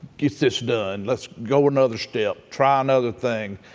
get this done. let's go another step. try another thing.